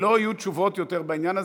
ולא יהיו תשובות יותר בעניין הזה,